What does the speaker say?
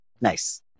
Nice